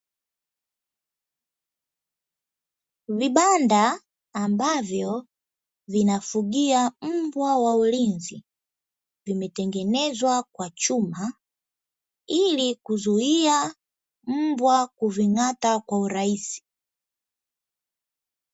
Vibanda ambavyo vinafugia mbwa wa ulinzi. Vimetengenezwa kwa chuma, ili kuzuia mbwa kuving’ata kwa urahisi.